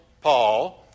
Paul